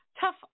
tough